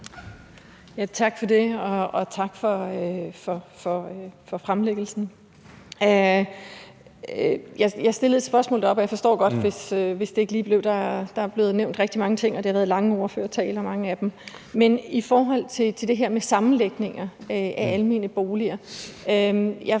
Tak for det. Og tak for fremlæggelsen. Jeg stillede et spørgsmål oppe fra talerstolen, og jeg forstår godt, hvis det ikke lige er blevet husket – der er blevet nævnt rigtig mange ting, og der har været mange lange ordførertaler. I forhold til det her med sammenlægninger af almene boliger,